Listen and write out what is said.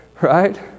right